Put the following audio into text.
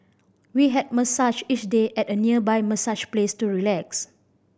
we had massages each day at a nearby massage place to relax